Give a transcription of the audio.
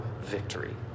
victory